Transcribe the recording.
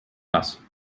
nass